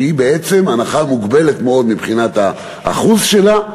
שהיא בעצם הנחה מוגבלת מאוד מבחינת האחוז שלה.